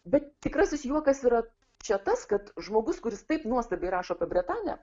bet tikrasis juokas yra čia tas kad žmogus kuris taip nuostabiai rašo apie bretanę